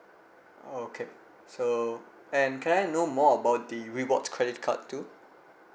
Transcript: oh okay so and can I know more about the rewards credit card too